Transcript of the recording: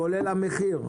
כולל המחיר.